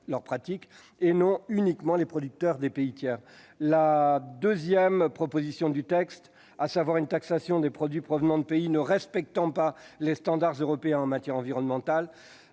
et pas uniquement les producteurs des pays tiers. L'autre mesure proposée au travers de ce texte, à savoir une taxation des produits provenant de pays ne respectant pas les standards européens en matière environnementale,